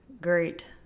great